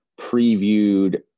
previewed